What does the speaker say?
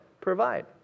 provide